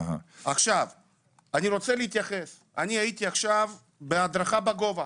אני רוצה להתייחס: הייתי עכשיו בהדרכה בגובה.